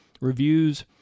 reviews